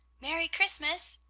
merry christmas!